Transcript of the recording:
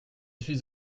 suis